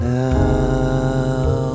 now